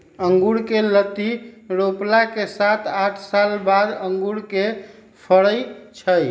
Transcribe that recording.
अँगुर कें लत्ति रोपला के सात आठ साल बाद अंगुर के फरइ छइ